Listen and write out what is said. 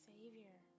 Savior